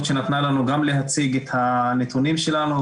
שנתנה לנו גם להציג את הנתונים שלנו,